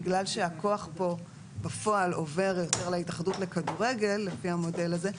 בגלל שהכוח פה בפועל עובר יותר להתאחדות לכדורגל לפי המודל זה,